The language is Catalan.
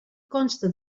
consta